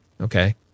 Okay